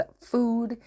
food